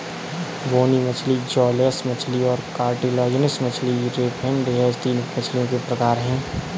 बोनी मछली जौलेस मछली और कार्टिलाजिनस मछली रे फिनेड यह तीन मछलियों के प्रकार है